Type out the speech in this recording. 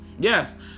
Yes